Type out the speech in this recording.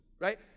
right